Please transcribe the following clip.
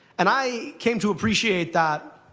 and i came to appreciate that.